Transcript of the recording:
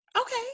Okay